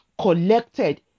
collected